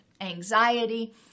anxiety